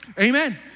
Amen